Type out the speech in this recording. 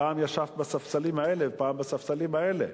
פעם ישבת בספסלים האלה ופעם בספסלים האלה,